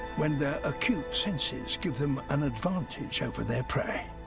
when their acute senses give them an advantage over their prey.